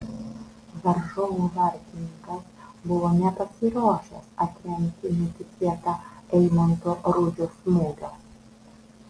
varžovų vartininkas buvo nepasiruošęs atremti netikėtą eimanto rudžio smūgio